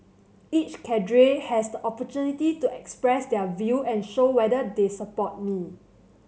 each cadre has the opportunity to express their view and show whether they support me